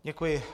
Děkuji.